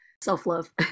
self-love